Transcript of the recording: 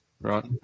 Right